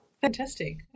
Fantastic